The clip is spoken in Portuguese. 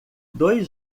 dois